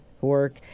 work